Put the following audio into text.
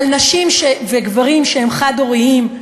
שנשים וגברים שהם חד-הוריים,